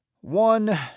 one